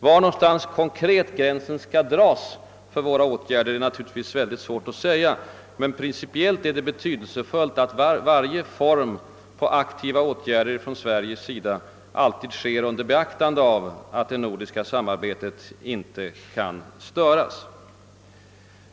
Var någonstans gränsen skall dras för våra åtgärder är naturligtvis svårt att säga, men principiellt är det betydelsefullt att varje form av aktiva åtgärder från Sveriges sida alltid sker under beaktande av att det nordiska samarbetet inte kan störas.